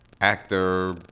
actor